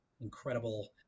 incredible